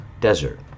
desert